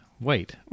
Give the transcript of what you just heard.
wait